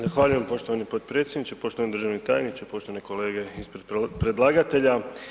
Zahvaljujem poštovani potpredsjedniče, poštovani državni tajniče, poštovani kolege ispred predlagatelja.